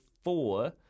four